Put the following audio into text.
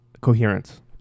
Coherence